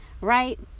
right